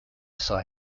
psi